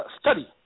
study